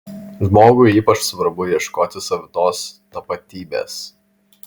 žmogui ypač svarbu ieškoti savitos tapatybės